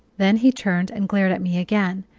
then he turned and glared at me again,